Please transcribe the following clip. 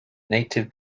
native